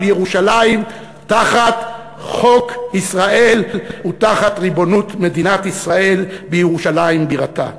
ירושלים תחת חוק ישראל ותחת ריבונות מדינת ישראל בירושלים בירתה.